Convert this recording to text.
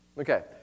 Okay